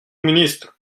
ministre